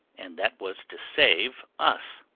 and that was to save us.